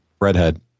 Redhead